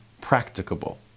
practicable